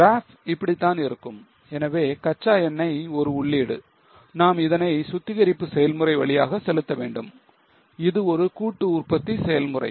Graph இப்படித்தான் இருக்கும் எனவே கச்சா எண்ணெய் ஒரு உள்ளீடு நாம் இதனை சுத்திகரிப்பு செயல்முறை வழியாக செலுத்த வேண்டும் இது ஒரு கூட்டு உற்பத்தி செயல்முறை